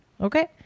Okay